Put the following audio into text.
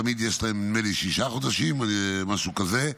תמיד יש להם, נדמה לי, שישה חודשים, משהו כזה,